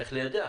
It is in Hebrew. צריך ליידע